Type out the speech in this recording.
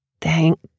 Thank